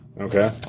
Okay